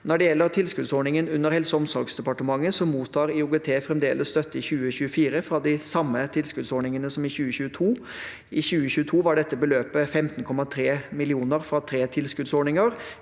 Når det gjelder tilskuddsordningen under Helse- og omsorgsdepartementet, mottar IOGT fremdeles støtte i 2024 fra de samme tilskuddsordningene som i 2022. I 2022 var dette beløpet på 15,3 mill. kr fra tre tilskuddsordninger.